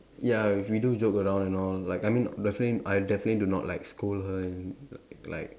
ya we do joke around and all like I mean definitely I definitely do not like scold her and like